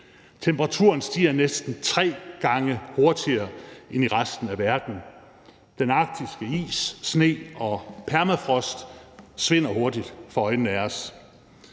Temperaturen stiger næsten tre gange hurtigere end i resten af verden. Den arktiske is, sne og permafrost svinder hurtigt for øjnene af os.